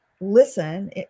listen